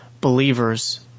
believers